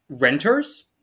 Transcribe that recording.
renters